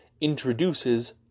introduces